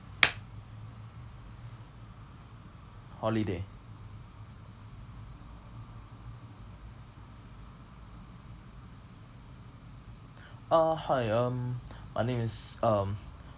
holiday uh hi um my name is um